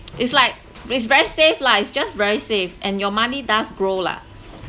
is like is very safe lah is just very safe and your money does grow lah